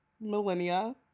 millennia